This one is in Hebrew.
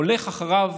הולך אחריו,